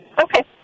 Okay